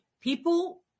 people